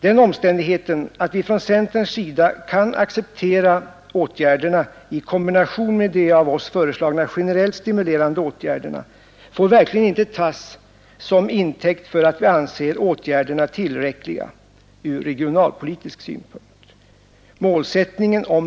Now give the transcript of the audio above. Den omständigheten att vi från centerns sida kan acceptera åtgärderna i kombination med de av oss föreslagna generellt stimulerande åtgärderna får verkligen inte tas som intäkt för att vi anser åtgärderna tillräckliga ur regionalpolitisk synpunkt.